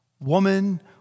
Woman